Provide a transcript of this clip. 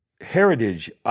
heritage